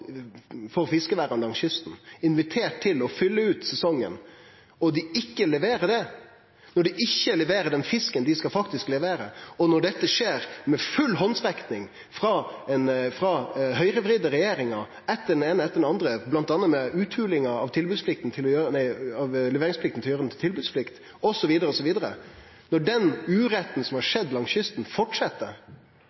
fiskeværa langs kysten, invitert til å fylle ut sesongen, og dei ikkje leverer, når dei ikkje leverer den fisken dei faktisk skal levere, og når dette skjer med full handsrekking frå høgrevridde regjeringar – den eine etter den andre – bl.a. ved å gjere om leveringsplikt til tilbodsplikt, osv., osv. Når den uretten som har